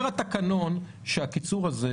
אומר התקנון שהקיצור הזה,